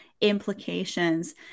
implications